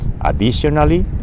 Additionally